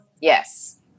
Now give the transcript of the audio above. Yes